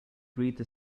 breathed